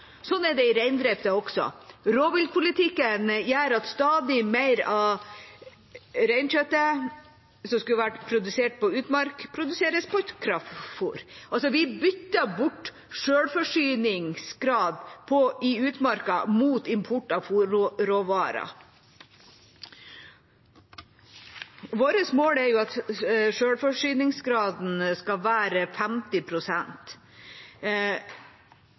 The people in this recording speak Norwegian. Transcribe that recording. Sånn er det i reindrifta også. Rovviltpolitikken gjør at stadig mer av reinkjøttet som skulle vært produsert på utmark, produseres på kraftfôr. Vi bytter altså bort sjølforsyningsgrad basert på utmark mot import av fôrråvarer. Vårt mål er at sjølforsyningsgraden skal være